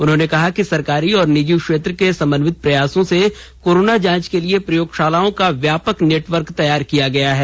उन्होंने कहा कि सरकारी और निजी क्षेत्र के समन्वित प्रयासों से कोरोना जांच के लिए प्रयोगशालाओं का व्यापक नेटवर्क तैयार किया गया है